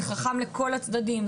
זה חכם לכל הצדדים,